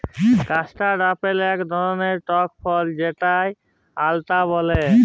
custard apple ইক ধরলের টক ফল যেটকে আতা ব্যলে